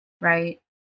right